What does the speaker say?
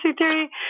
theory